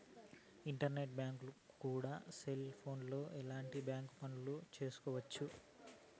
internet bank గుండా cell ఫోన్లోనే ఎలాంటి బ్యాంక్ పనులు చేసుకోవచ్చు